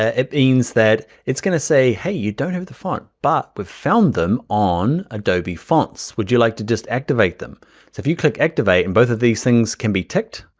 ah it means that it's gonna say, hey, you don't have the font, but we found them on adobe fonts, would you like to just activate them. so if you click activate and both of these things can be ticked.